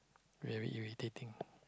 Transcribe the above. very irritating